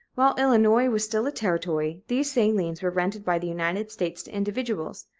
while illinois was still a territory, these salines were rented by the united states to individuals,